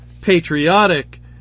patriotic